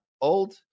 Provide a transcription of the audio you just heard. old